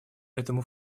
этому